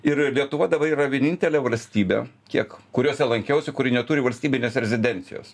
ir lietuva dabar yra vienintelė valstybė kiek kuriose lankiausi kuri neturi valstybinės rezidencijos